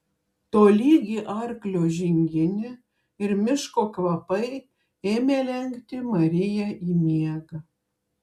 tolygi arklio žinginė ir miško kvapai ėmė lenkti mariją į miegą